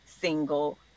single